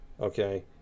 Okay